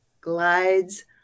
glides